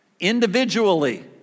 individually